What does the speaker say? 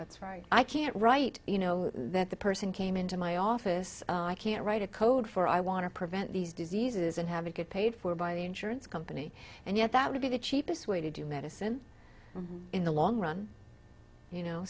that's right i can't write you know that the person came into my office i can't write a code for i want to prevent these diseases and have it get paid for by the insurance company and yet that would be the cheapest way to do medicine in the long run you know